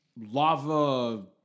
lava